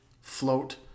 float